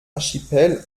archipel